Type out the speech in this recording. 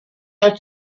are